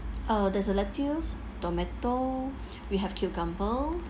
uh there's a lettuce tomato we have cucumber